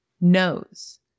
knows